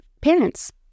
parents